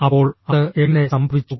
അപ്പോൾ അത് എങ്ങനെ സംഭവിച്ചു